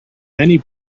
many